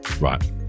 right